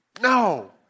No